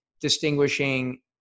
distinguishing